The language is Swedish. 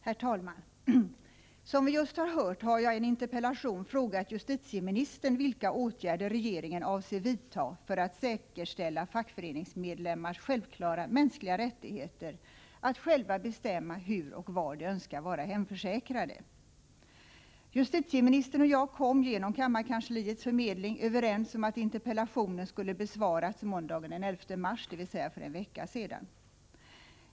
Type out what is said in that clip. Herr talman! Som vi just har hört har jag i en interpellation frågat justitieministern vilka åtgärder regeringen avser vidta för att säkerställa fackföreningsmedlemmars självklara mänskliga rättighet att själva bestämma hur och var de önskar vara hemförsäkrade. Justitieministern och jag kom, genom kammarkansliets förmedling, överens om att interpellationen skulle besvaras måndagen den 11 mars, dvs. för en vecka sedan.